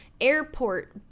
airport